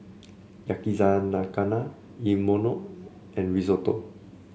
Yakizakana Imoni and Risotto